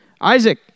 Isaac